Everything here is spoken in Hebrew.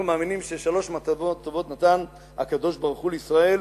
אנחנו מאמינים ששלוש מתנות טובות נתן הקדוש-ברוך-הוא לישראל,